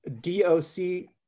D-O-C